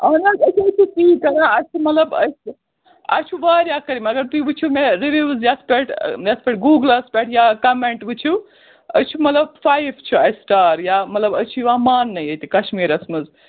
اَہَن حظ أسۍ حظ چھِ تی کَران اَسہِ چھِ مطلب أسۍ چھِ اَسہِ چھُ واریاہ کٔرۍ مگر تُہۍ وُچھِو مےٚ رِوِوٕز یَتھ پٮ۪ٹھ یَتھ پٮ۪ٹھ گوٗگلَس پٮ۪ٹھ یا کَمٮ۪نٛٹ وُچھِو أسۍ چھِ مطلب فایِف چھُ اَسہِ سِٹار یا مطلب أسۍ چھِ یِوان ماننہٕ ییٚتہِ کَشمیٖرَس منٛز